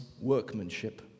workmanship